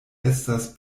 estas